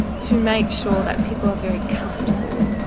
to make sure that people are very comfortable,